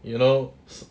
you know